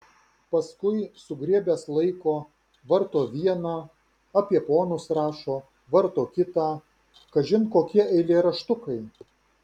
paskui sugriebęs laiko varto vieną apie ponus rašo varto kitą kažin kokie eilėraštukai